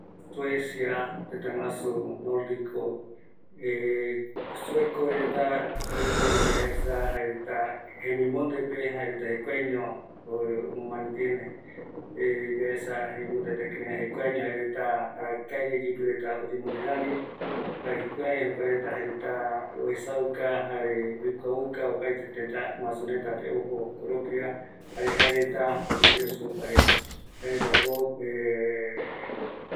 Suecia pegua reta kuareta jeko jaeko guɨnoi cultura täta omboete retano jokua oime iyarete reta mitso minar jei supe retava jaeko diseño moderno literatura jae jukurai rupi jaereta jokua forma rupi jaereta oyembo expresa jukurai jaereta omomae opaete jaereta jeko jukurai arakaeguiema jukurai yogueru yoguɨreko reta